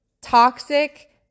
toxic